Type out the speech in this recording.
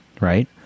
right